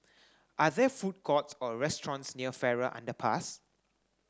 are there food courts or restaurants near Farrer Underpass